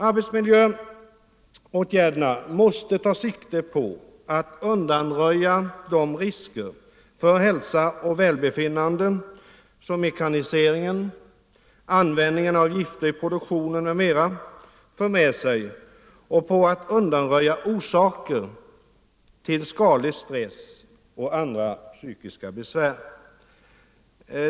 Arbetsmiljöåtgärderna måste ta sikte på att undanröja de risker för hälsa och välbefinnande som mekaniseringen, användningen av gifter i produktionen m.m. för med sig och på att undanröja orsakerna till skadlig stress och andra psykiska besvär.